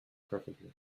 perfectly